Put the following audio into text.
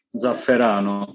zafferano